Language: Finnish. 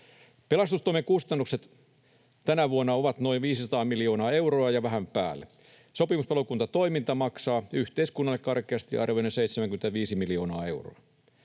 Pelastustoimen kustannukset tänä vuonna ovat noin 500 miljoonaa euroa ja vähän päälle. Sopimuspalokuntatoiminta maksaa yhteiskunnalle karkeasti arvioiden 75 miljoonaa euroa.